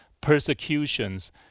persecutions